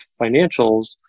financials